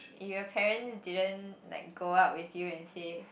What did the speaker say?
if your parents didn't like go out with you and say